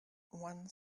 one